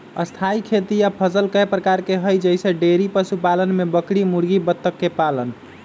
स्थाई खेती या फसल कय प्रकार के हई जईसे डेइरी पशुपालन में बकरी मुर्गी बत्तख के पालन